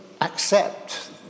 accept